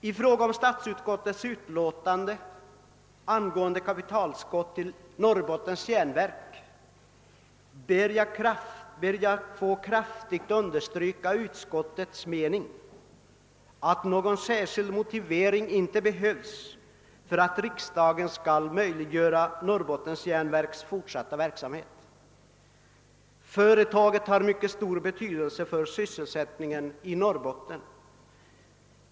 Vad sedan gäller statsutskottets utlåtande nr 104 angående kapitaltillskott till Norrbottens järnverk ber jag att få kraftigt understryka utskottets uppfattning, att någon särskild motivering inte behövs för att riksdagen skall göra det möjligt för Norrbottens järnverk att fortsätta sin verksamhet, vilket är av stor betydelse för sysselsättningen i Norrbotten.